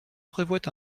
prévoit